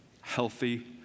Healthy